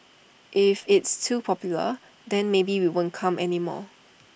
if it's too popular then maybe we won't come anymore